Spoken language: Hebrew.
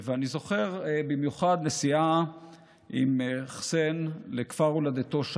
ואני זוכר במיוחד נסיעה עם חסיין לכפר הולדתו שעב,